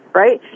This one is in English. right